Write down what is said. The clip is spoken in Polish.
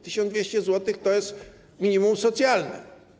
1200 zł to jest minimum socjalne.